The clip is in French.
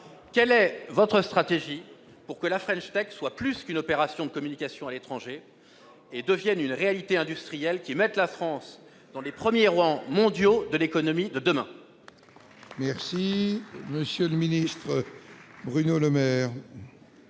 quelle est votre stratégie pour faire en sorte que la «» soit davantage qu'une opération de communication à l'étranger et devienne une réalité industrielle qui place la France aux premiers rangs mondiaux de l'économie de demain ?